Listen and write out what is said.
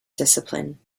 discipline